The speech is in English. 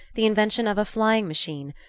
the invention of a flying machine,